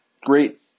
great